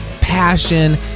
passion